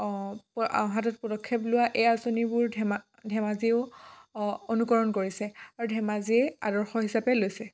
অঁ হাতত পদক্ষেপ লোৱা এই আঁচনিবোৰ ধেমা ধেমাজিও অঁ অনুকৰণ কৰিছে আৰু ধেমাজিয়ে আদৰ্শ হিচাপে লৈছে